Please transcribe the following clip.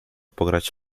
pograć